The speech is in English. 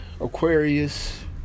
aquarius